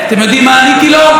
אתם יודעים מה עניתי לו?